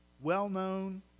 well-known